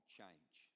change